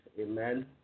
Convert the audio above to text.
amen